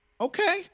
Okay